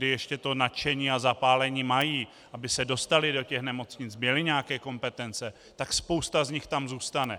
ještě to nadšení a zapálení mají, aby se dostali do nemocnic, měli nějaké kompetence, tak spousta z nich tam zůstane.